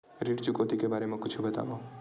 ऋण चुकौती के बारे मा कुछु बतावव?